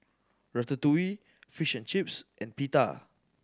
Ratatouille Fish and Chips and Pita